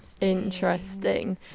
Interesting